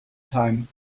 time